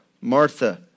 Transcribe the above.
Martha